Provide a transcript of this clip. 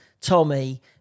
tommy